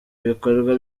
ibikorwa